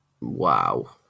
Wow